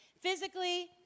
Physically